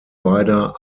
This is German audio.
beider